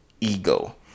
ego